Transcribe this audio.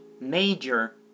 major